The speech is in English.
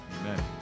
Amen